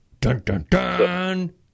Dun-dun-dun